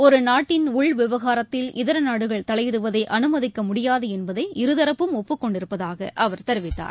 ஒருநாட்டின் உள் விவகாரத்தில் இதர நாடுகள் தலையிடுவதை அனுமதிக்க முடியாது என்பதை இருதரப்பும் ஒப்புக்கொண்டிருப்பதாக அவர் தெரிவித்தார்